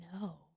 No